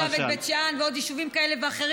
משום שאתה העלית עכשיו את בית שאן ועוד יישובים כאלה ואחרים,